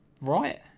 right